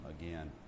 again